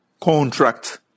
contract